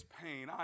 pain